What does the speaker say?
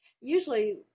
Usually